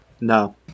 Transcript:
No